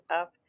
up